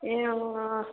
ए अँ अँ